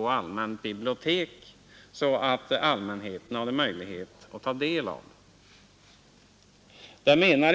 på allmänt bibliotek, så att allmänheten där kan ta del av dem.